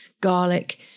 garlic